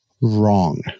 wrong